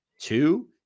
Two